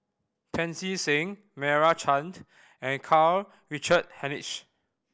Pancy Seng Meira Chand and Karl Richard Hanitsch